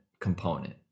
component